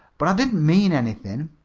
but i didn't mean anything.